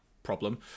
problem